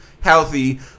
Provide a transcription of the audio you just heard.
healthy